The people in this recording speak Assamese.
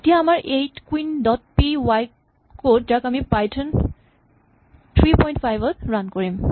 এয়া আমাৰ eight queen dot P Y code যাক আমি পাইথন থ্ৰী পইন্ট ফাইভ ত ৰান কৰিম